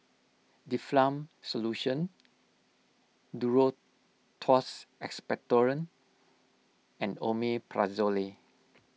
Difflam Solution Duro Tuss Expectorant and Omeprazolely